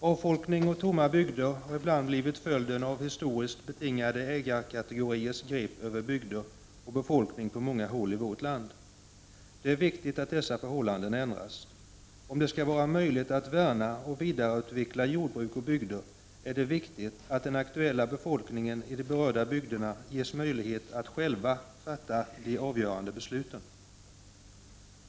Avfolkning och tomma bygder har ibland blivit följden av historiskt betingade ägarkategoriers grepp över bygder och befolkning på många håll i vårt land. Det är viktigt att dessa förhållanden ändras. Om det skall vara möjligt att värna och vidareutveckla jordbruk och bygder, är det viktigt att den aktuella befolkningen i de berörda bygderna ges möjlighet att själv fatta de avgörande besluten.